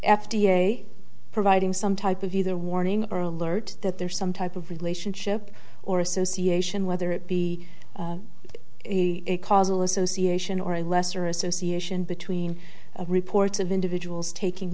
a providing some type of either warning or alert that there is some type of relationship or association whether it be a causal association or a lesser association between reports of individuals taking